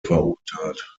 verurteilt